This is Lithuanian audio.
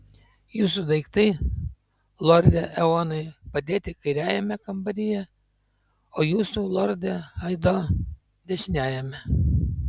jūsų daiktai lorde eonai padėti kairiajame kambaryje o jūsų lorde aido dešiniajame